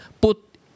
put